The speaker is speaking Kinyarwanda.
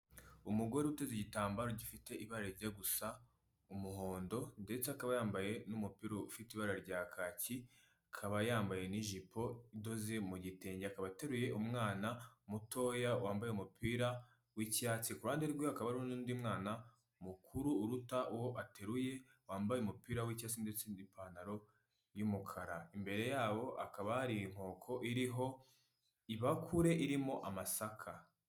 Umugore uteze igitambaro gifite ibara rijya gusa umuhondo ndetse akaba yambaye n'umupira ufite ibara rya kaki, akaba yambaye n'ijipo idoze mu gitenge, akaba ateruye umwana mutoya wambaye umupira w'icyatsi ku ruhande rwe hakaba hari n'undi mwana mukuru uruta uwo ateruye wambaye umupira w'icyatsi ndetse n'ipantaro y'umukara, imbere yabo hakaba hari inkoko iriho ibakure irimo amasaka.